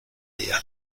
dear